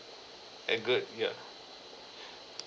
very good ya